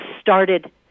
started